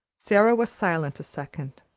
sara was silent a second.